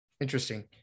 Interesting